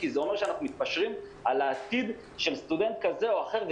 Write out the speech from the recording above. כי זה אומר שאנחנו מתפשרים על העתיד של סטודנט כזה או אחר,